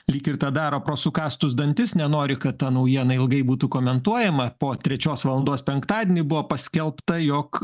lyg ir tą daro pro sukąstus dantis nenori kad ta naujiena ilgai būtų komentuojama po trečios valandos penktadienį buvo paskelbta jog